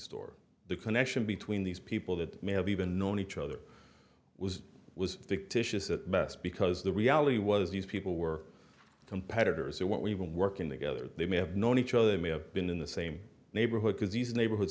store the connection between these people that may have even known each other was was fictitious at best because the reality was these people were competitors or what we were working together they may have known each other they may have been in the same neighborhood as these neighborhood